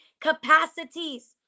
capacities